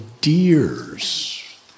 deers